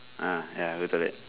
ah ya go toilet